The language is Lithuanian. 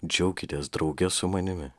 džiaukitės drauge su manimi